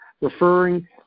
referring